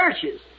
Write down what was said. churches